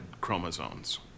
chromosomes